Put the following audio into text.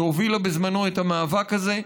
שהובילה בזמנו את המאבק הזה,